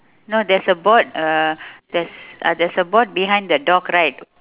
no there's a board uh there's uh there's a board behind the dog right